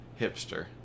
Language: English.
Hipster